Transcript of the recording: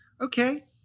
Okay